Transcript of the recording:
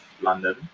London